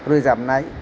रोजाबनाय